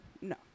No